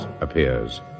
appears